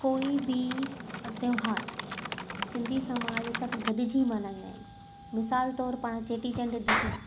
कोई बि त्योहारु सिंधी समाजु सभु गॾिजी मल्हाईंदा आहिनि मिसालु तौरु पाण चेटीचंडु ॾिसूं